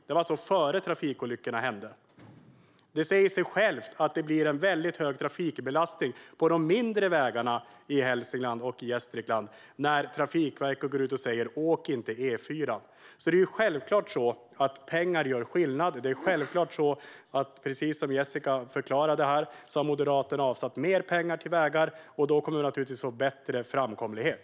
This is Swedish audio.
Det var innan trafikolyckorna hände. Det säger sig självt att det blir en väldigt hög trafikbelastning på de mindre vägarna i Hälsingland och Gästrikland när Trafikverket går ut och säger: Åk inte E4:an. Det är självklart så att pengar gör skillnad. Det är självklart så, precis som Jessica förklarade här, att Moderaterna har avsatt mer pengar till vägar. Då kommer vi naturligtvis att få bättre framkomlighet.